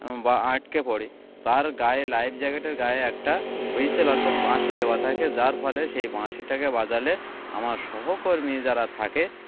বা আটকে পড়ি তার গায়ে লাইফ জ্যাকেটের গায়ে একটা হুইসল অর্থাৎ বাঁশি দেওয়া থাকে যার ফলে সেই বাঁশিটাকে বাজালে আমার সহকর্মী যারা থাকে